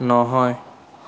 নহয়